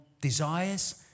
desires